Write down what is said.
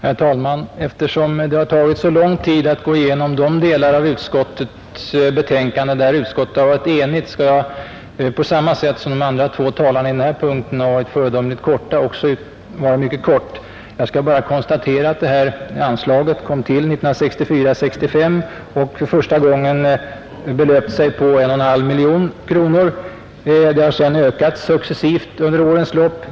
Herr talman! Eftersom det har tagit så lång tid att gå igenom de delar av utskottets betänkande där utskottet varit enigt, skall jag i likhet med de två andra talarna, som hållit föredömligt korta anföranden, också fatta mig mycket kort. Jag vill konstatera att detta anslag kom till 1964/1965 och första gången belöpte sig till 1,5 miljoner kronor. Det har sedan successivt ökats under årens lopp.